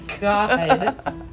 God